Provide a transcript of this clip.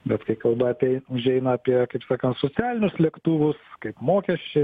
bet kai kalba apie užeina apie kaip sakant socialinius lėktuvus kaip mokesčiai